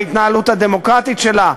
בהתנהלות הדמוקרטית שלה,